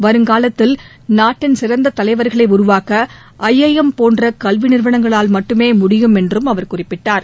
வருங்காலத்தில் நாட்டின் சிறந்த தலைவர்களை உருவாக்க ஐஐஎம் போன்ற கல்வி நிறுவனங்களால் மட்டுமே முடியும் என்றும் அவர் குறிப்பிட்டார்